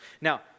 Now